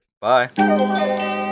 Bye